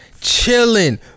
Chilling